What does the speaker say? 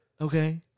Okay